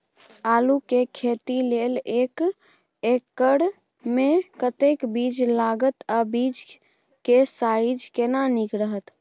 आलू के खेती लेल एक एकर मे कतेक बीज लागत आ बीज के साइज केना नीक रहत?